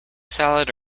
salad